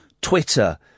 Twitter